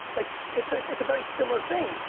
like it's ah it's a very similar thing.